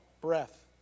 breath